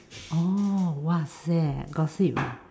orh !wahseh! gossip ah